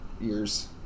ears